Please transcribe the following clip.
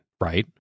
right